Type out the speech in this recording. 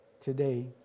today